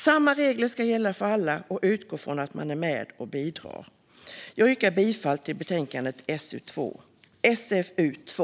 Samma regler ska gälla för alla, och utgångspunkten ska vara att man är med och bidrar. Jag yrkar bifall till förslaget i betänkandet SfU2.